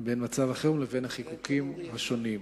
בין מצב החירום לבין החיקוקים השונים.